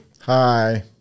Hi